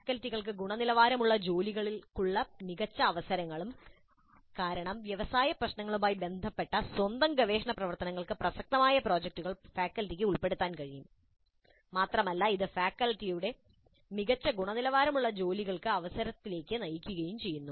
ഫാക്കൽറ്റികൾക്ക് ഗുണനിലവാരമുള്ള ജോലികൾക്കുള്ള മികച്ച അവസരങ്ങളും കാരണം വ്യവസായ പ്രശ്നങ്ങളുമായി ബന്ധപ്പെട്ട സ്വന്തം ഗവേഷണ പ്രവർത്തനങ്ങൾക്ക് പ്രസക്തമായ പ്രോജക്ടുകൾ ഫാക്കൽറ്റിക്ക് ഉൾപ്പെടുത്താൻ കഴിയും മാത്രമല്ല ഇത് ഫാക്കൽറ്റിയുടെ മികച്ച ഗുണനിലവാരമുള്ള ജോലികൾക്ക് അവസരങ്ങളിലേക്ക് നയിക്കുകയും ചെയ്യും